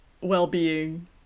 well-being